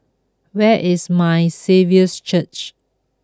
where is My Saviour's Church